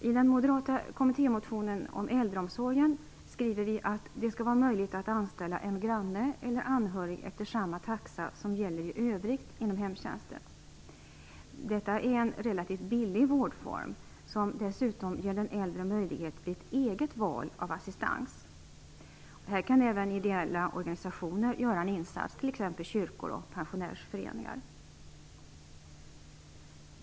I den moderata kommittémotionen om äldreomsorgen skriver vi att det skall vara möjligt att anställa en granne eller en anhörig efter samma taxa som gäller i övrigt inom hemtjänsten. Detta är en relativt billig vårdform som dessutom ger den äldre möjlighet till ett eget val av assistans. Här kan även ideella organisationer göra en insats, t.ex. kyrkor och pensionärsföreningar.